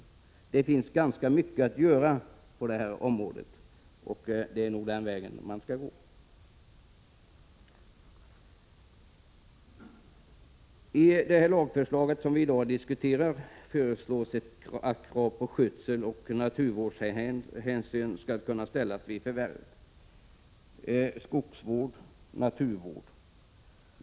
Det finns alltså mycket att göra på det här området, och det är den vägen man bör gå. Lagförslaget innebär att krav på skötsel och naturvårdshänsyn skall kunna ställas vid förvärv. Det är fråga om skogsvård och naturvård.